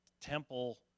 temple